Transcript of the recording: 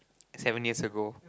seven years ago